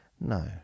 no